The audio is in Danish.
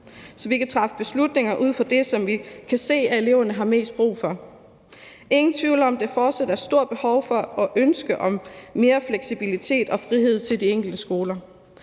så vi kan træffe beslutninger ud fra det, som vi kan se at eleverne har mest brug for. Der er ingen tvivl om, at der fortsat er et stort behov for og et ønske om mere fleksibilitet og frihed til de enkelte skoler.